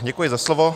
Děkuji za slovo.